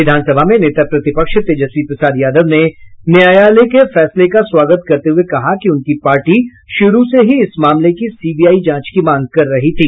विधानसभा में नेता प्रतिपक्ष तेजस्वी प्रसाद यादव ने न्यायालय के फैसले का स्वागत करते हुए कहा कि उनकी पार्टी शुरू से ही इस मामले की सीबीआई जांच की मांग कर रही थी